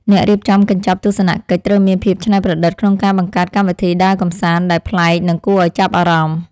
អ្នករៀបចំកញ្ចប់ទស្សនកិច្ចត្រូវមានភាពច្នៃប្រឌិតក្នុងការបង្កើតកម្មវិធីដើរកម្សាន្តដែលប្លែកនិងគួរឱ្យចាប់អារម្មណ៍។